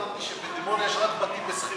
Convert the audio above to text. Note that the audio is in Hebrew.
הבנתי שבדימונה יש רק בתים בשכירות.